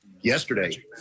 yesterday